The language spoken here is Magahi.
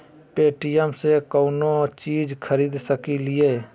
पे.टी.एम से कौनो चीज खरीद सकी लिय?